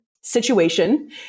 situation